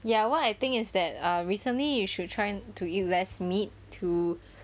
ya what I think is that err recently you should try to eat less meat to